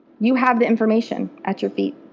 you have the information at you feet.